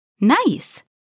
Nice